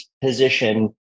position